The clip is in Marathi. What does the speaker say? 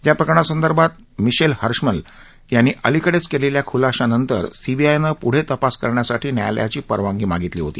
याप्रकरणासंदर्भात मिशेल हर्षमल यांनी अलिकडेच केलेल्या खुलाशानंतर सीबीआयनं पुढे तपास करण्यासाठी न्यायालयाची परवानगी मागितली होती